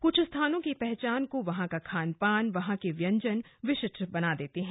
कुछ स्थानों की पहचान को वहां का खानपान वहां के व्यंजन विशिष्ट बना देते हैं